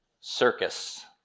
Circus